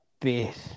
bit